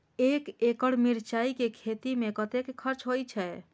एक एकड़ मिरचाय के खेती में कतेक खर्च होय छै?